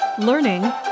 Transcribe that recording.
Learning